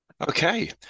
Okay